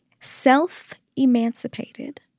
self-emancipated